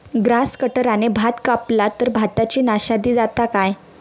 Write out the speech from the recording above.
Grass कटराने भात कपला तर भाताची नाशादी जाता काय?